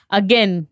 again